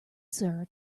sara